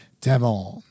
Devon